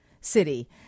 city